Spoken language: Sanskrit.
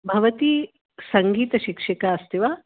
भवती सङ्गीतशिक्षिका अस्ति वा